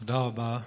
תודה רבה,